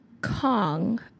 Kong